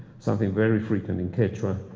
something very frequent in quechua,